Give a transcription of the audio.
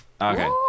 Okay